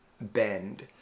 bend